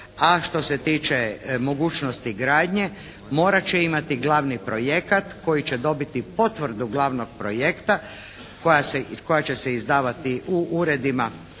A što se tiče mogućnosti gradnje morat će imati glavni projekat koji će dobiti potvrdu glavnog projekta koja će se izdavati u uredima